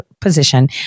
position